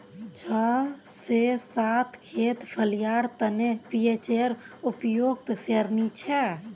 छह से सात खेत फलियार तने पीएचेर उपयुक्त श्रेणी छे